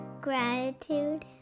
gratitude